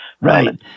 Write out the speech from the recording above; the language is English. Right